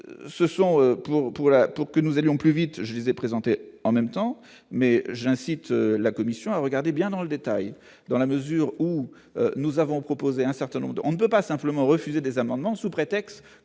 troupe, que nous allons plus vite, je vais présenter en même temps mais j'incite la Commission à regardez bien dans le détail, dans la mesure où nous avons proposé un certain nombre de